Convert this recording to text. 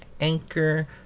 Anchor